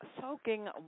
soaking